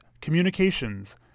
communications